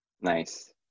Nice